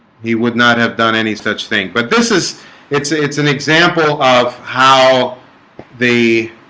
he would not have done any such thing, but this is it's it's an example of how the